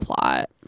plot